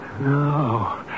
No